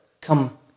come